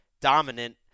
dominant